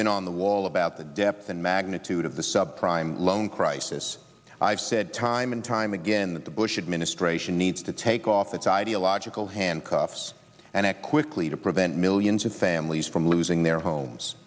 been on the wall about the depth and magnitude of the sub prime loan crisis i've said time and time again that the bush administration needs to take off its ideological handcuffs and act quickly to prevent millions of families from losing their homes